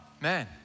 man